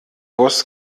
bus